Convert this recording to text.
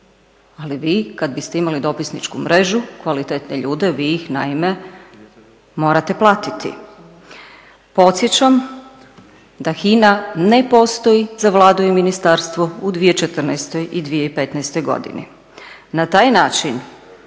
ali vi kad biste imali dopisničku mrežu, kvalitetne ljude, vi ih naime morate platiti. Podsjećam da HINA ne postoji za Vladu i ministarstvo u 2014. i 2015. godini. Na taj način